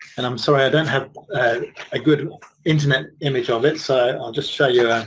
and i'm sorry i don't have a good internet image of it so i'll just show you